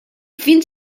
fins